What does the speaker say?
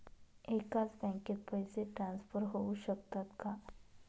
एकाच बँकेत पैसे ट्रान्सफर होऊ शकतात का?